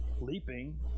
leaping